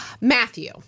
Matthew